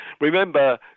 Remember